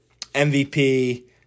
MVP